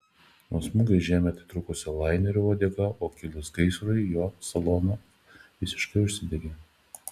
nuo smūgio į žemę atitrūko lainerio uodega o kilus gaisrui jo salonas visiškai išdegė